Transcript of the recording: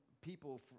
people